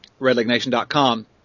redlegnation.com